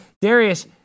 Darius